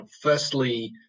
Firstly